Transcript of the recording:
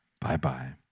bye-bye